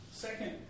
second